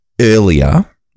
earlier